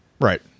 Right